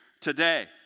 today